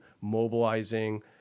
mobilizing